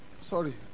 Sorry